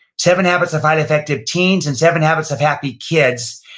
seven habits of highly effective teens and seven habits of happy kids.